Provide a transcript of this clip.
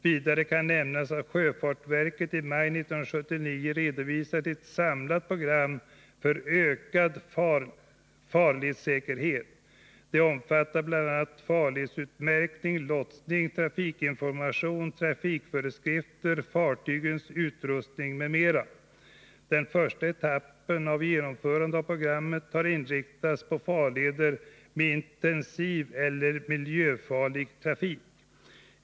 Vidare kan nämnas att sjöfartsverket i maj 1979 redovisat ett samlat program för ökad farledssäkerhet. Det omfattar bl.a. farledsutmärkning, lotsning, trafikinformation, trafikföreskrifter, fartygens utrustning m.m. Den första etappen för genomförande av programmet har inriktats på farleder med intensiv eller miljöfarlig trafik.